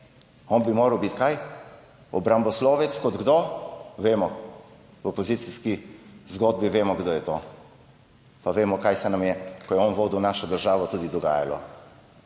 on bi moral biti - kaj? - obramboslovec. Kot kdo? Vemo. V opozicijski zgodbi, vemo, kdo je. Vemo pa, kaj se nam je, ko je on vodil našo državo, tudi dogajalo.